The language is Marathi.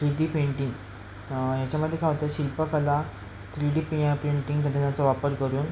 थ्री डी पेंटिंग ह्याच्यामध्ये काय होतं शिल्पकला थ्री डी पे प्रिंटिंग तंत्रज्ञानाचा वापर करून